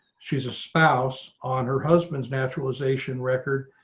she's a spouse on her husband's naturalization records.